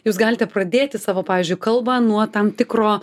jūs galite pradėti savo pavyzdžiui kalbą nuo tam tikro